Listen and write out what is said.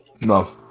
No